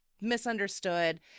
misunderstood